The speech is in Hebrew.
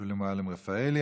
שולי מועלם-רפאלי.